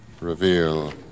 reveal